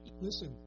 Listen